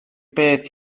beth